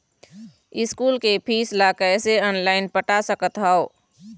School के fees ला कैसे ऑनलाइन पटाए सकत हव?